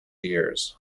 years